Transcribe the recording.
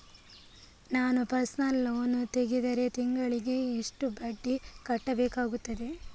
ನಾನು personal loan ತೆಗೆದರೆ ತಿಂಗಳಿಗೆ ಎಷ್ಟು ಬಡ್ಡಿ ಕಟ್ಟಬೇಕಾಗುತ್ತದೆ?